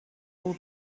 all